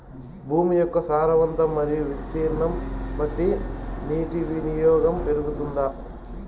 భూమి యొక్క సారవంతం మరియు విస్తీర్ణం బట్టి నీటి వినియోగం పెరుగుతుందా?